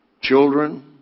children